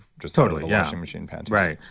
just totally a washing machine panties right.